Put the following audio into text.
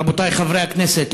רבותי חברי הכנסת,